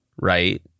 right